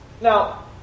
Now